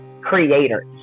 creators